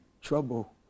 trouble